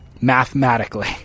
mathematically